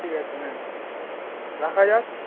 ঠিক আছে নিন আছে রাখা যাক